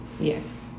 Yes